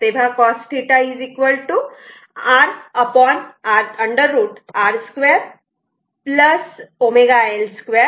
तेव्हा Cos θ R √ R 2 ω L 2